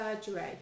surgery